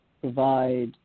provide